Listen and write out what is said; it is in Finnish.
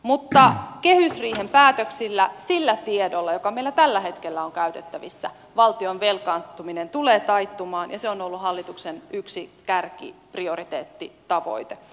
mutta kehysriihen päätöksillä sillä tiedolla joka meillä tällä hetkellä on käytettävissä valtion velkaantuminen tulee taittumaan ja se on ollut hallituksen yksi kärkiprioriteettitavoite